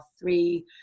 three